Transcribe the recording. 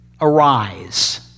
Arise